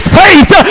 faith